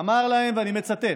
אמר להם, ואני מצטט: